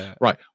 Right